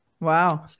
Wow